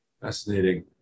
Fascinating